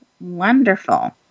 Wonderful